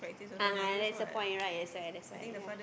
ah that's the point right that's why that's why ya